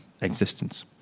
existence